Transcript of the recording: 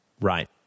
Right